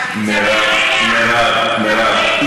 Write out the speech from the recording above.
מירב, מירב,